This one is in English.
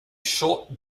short